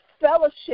fellowship